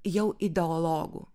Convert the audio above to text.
jau ideologų